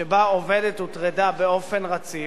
שבה עובדת הוטרדה באופן רציף,